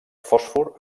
fòsfor